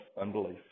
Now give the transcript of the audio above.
unbelief